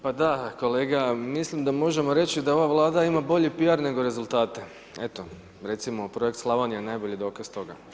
Pa da kolega, mislim da možemo reći da ova Vlada ima bolji PR nego rezultate, eto, recimo Projekt Slavonija je najbolji dokaz toga.